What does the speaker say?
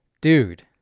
dude